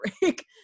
break